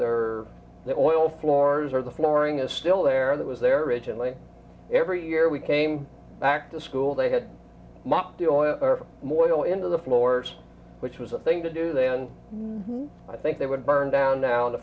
the oil floors or the flooring is still there that was there originally every year we came back to school they had more oil into the floors which was a thing to do then i think they would burn down down the